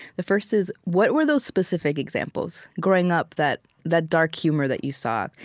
the first is, what were those specific examples, growing up, that that dark humor that you saw?